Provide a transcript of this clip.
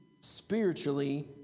spiritually